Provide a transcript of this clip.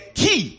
key